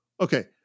Okay